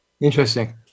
Interesting